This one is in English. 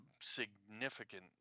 significant